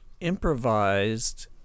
improvised